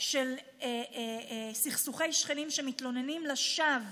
של סכסוכי שכנים שמתלוננים תלונת שווא